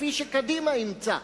כפי שקדימה אימצה.